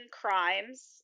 crimes